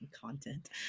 content